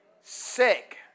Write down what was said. sick